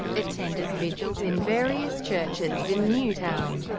attended vigils in various churches in newtown.